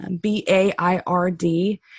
B-A-I-R-D